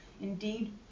indeed